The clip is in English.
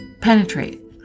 penetrate